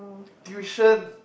tuitions